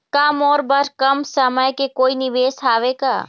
का मोर बर कम समय के कोई निवेश हावे का?